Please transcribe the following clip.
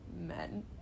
men